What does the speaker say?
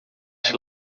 ser